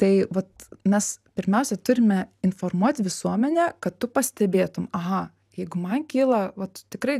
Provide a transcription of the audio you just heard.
tai vat mes pirmiausia turime informuot visuomenę kad tu pastebėtum aha jeigu man kyla vat tikrai